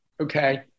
okay